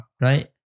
Right